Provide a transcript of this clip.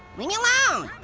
leave me alone.